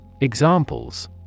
Examples